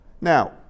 Now